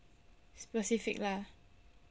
specific lah